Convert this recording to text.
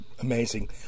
Amazing